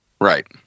Right